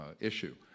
issue